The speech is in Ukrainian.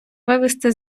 вивести